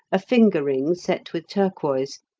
a finger-ring, set with turquoise,